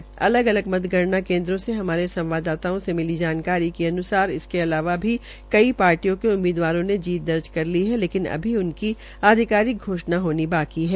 मिली अलग अलग मतगणना केन्द्रों से हमारे सवाददाताओं से मिली जानकरी के अनुसार इसके अलावा भी कई पार्टियों के उम्मीदवारों ने जीत दर्ज कर ली है लेकिन अभी उनकी अधिकारिक घोषणा होनी बाकी है